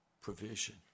provision